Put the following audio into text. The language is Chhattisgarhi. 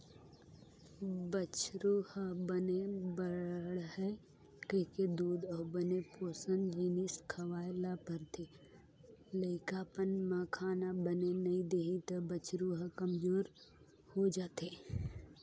बछरु ह बने बाड़हय कहिके दूद अउ बने पोसन जिनिस खवाए ल परथे, लइकापन में खाना बने नइ देही त बछरू ह कमजोरहा हो जाएथे